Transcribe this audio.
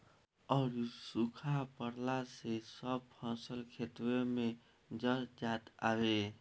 अउरी सुखा पड़ला से सब फसल खेतवे में जर जात हवे